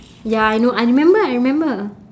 ya I know I remember I remember